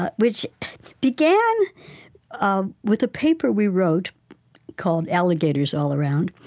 which began um with a paper we wrote called alligators all around.